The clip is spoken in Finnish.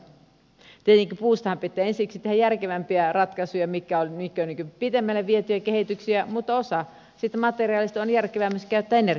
tietenkin puustahan pitää ensiksi tehdä järkevämpiä ratkaisuja mitkä ovat pitemmälle vietyjä kehityksiä mutta osa siitä materiaalista on järkevää myös käyttää energiaksi